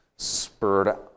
spurred